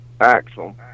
axle